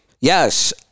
Yes